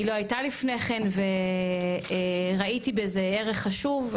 היא לא הייתה לפני כן, וראיתי בזה ערך חשוב.